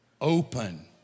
open